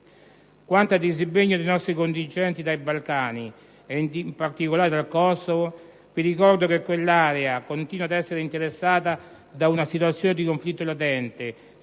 Quanto al disimpegno dei nostri contingenti dai Balcani, ed in particolare dal Kosovo, vi ricordo che quell'area continua ad essere interessata da una situazione di conflitto latente,